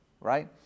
right